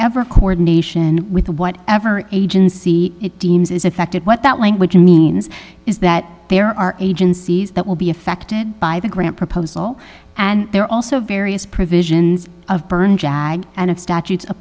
ever coordination with what ever agency it deems is effected what that language means is that there are agencies that will be affected by the grant proposal and there are also various provisions of burn jag and if statutes a